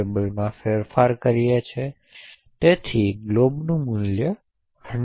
ટેબલમાં ફેરફાર કર્યા છે તેથી ગ્લોબનું મૂલ્ય 100 છે